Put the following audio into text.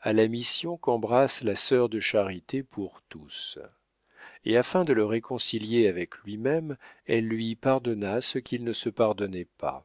à la mission qu'embrasse la sœur de charité pour tous et afin de le réconcilier avec lui-même elle lui pardonna ce qu'il ne se pardonnait pas